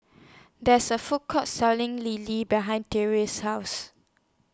There IS A Food Court Selling Lele behind Tressa's House